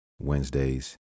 Wednesdays